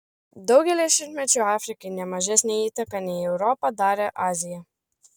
daugelį šimtmečių afrikai ne mažesnę įtaką nei europa darė azija